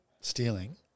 Stealing